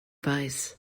weiß